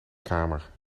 kamer